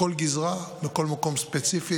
בכל גזרה, בכל מקום ספציפי,